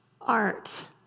art